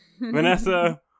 Vanessa